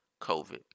COVID